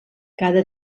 cada